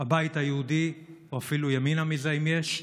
הבית היהודי, או אפילו ימינה מזה, אם יש,